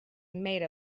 made